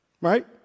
Right